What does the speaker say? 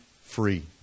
free